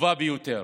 טובה ביותר.